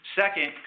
Second